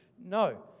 No